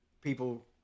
people